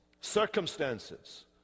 circumstances